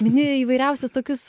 mini įvairiausius tokius